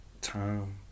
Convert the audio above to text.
time